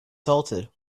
salted